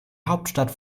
hauptstadt